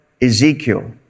Ezekiel